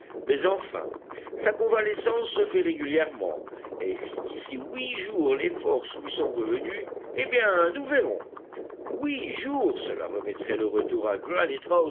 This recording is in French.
mais enfin sa convalescence se fait régulièrement et si d'ici huit jours les forces lui sont revenues eh bien nous verrons huit jours cela remettait le retour à